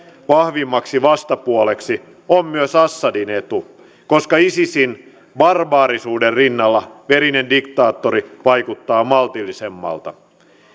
vahvimmaksi vastapuoleksi on myös assadin etu koska isisin barbaarisuuden rinnalla verinen diktaattori vaikuttaa maltillisemmalta